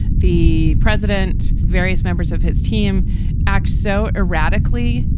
the president, various members of his team act so erratically.